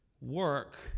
Work